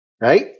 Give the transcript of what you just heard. right